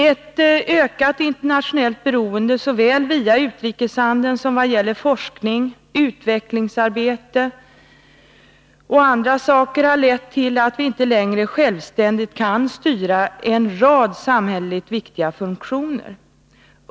Ett ökat internationellt beroende såväl via utrikeshandeln som vad gäller forskning, utvecklingsarbete m.m. har lett till att vi inte längre självständigt kan styra en rad samhälleligt viktiga funktioner.